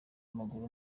w’amaguru